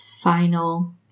final